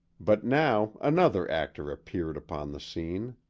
but now another actor appeared upon the scene.